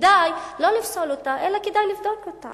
שכדאי לא לפסול אותה אלא כדאי לבדוק אותה.